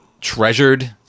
treasured